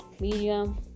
Medium